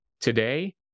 Today